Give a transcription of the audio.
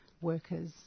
workers